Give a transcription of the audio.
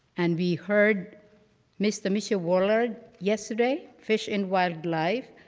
and we heard ms. tamesha woulard yesterday. fish and wildlife,